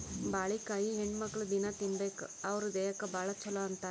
ಬಾಳಿಕಾಯಿ ಹೆಣ್ಣುಮಕ್ಕ್ಳು ದಿನ್ನಾ ತಿನ್ಬೇಕ್ ಅವ್ರ್ ದೇಹಕ್ಕ್ ಭಾಳ್ ಛಲೋ ಅಂತಾರ್